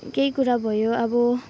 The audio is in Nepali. केही कुरा भयो अब